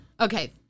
Okay